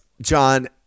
John